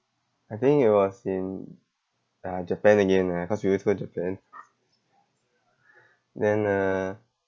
I think it was in uh japan again ah cause we always go japan then uh